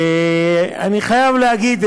ואני חייב להגיד: